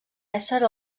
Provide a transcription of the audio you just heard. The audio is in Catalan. ésser